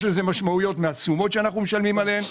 יש לזה משמעויות מהתשומות שאנחנו משלמים עליהן.